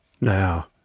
Now